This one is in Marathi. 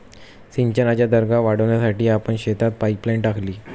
सिंचनाचा दर्जा वाढवण्यासाठी आपण शेतातच पाइपलाइन टाकली